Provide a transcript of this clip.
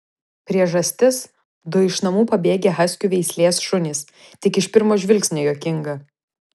priežastis du iš namų pabėgę haskių veislė šunys tik iš pirmo žvilgsnio juokinga